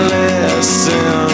listen